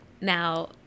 now